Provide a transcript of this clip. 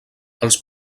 els